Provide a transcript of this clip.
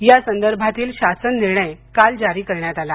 या संदर्भातील शासन निर्णय काल जारी करण्यात आला